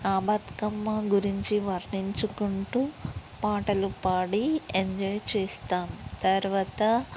బతుకమ్మ గురించి వర్ణించుకుంటూ పాటలు పాడి ఎంజాయ్ చేస్తాం తర్వాత